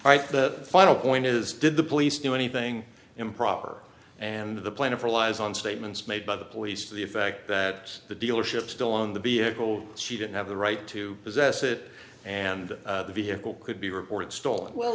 right the final point is did the police do anything improper and the plaintiff relies on statements made by the police to the effect that the dealership still on the be able to she didn't have the right to possess it and the vehicle could be reported stolen well